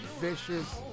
vicious